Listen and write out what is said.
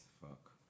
fuck